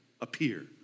appear